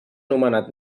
nomenat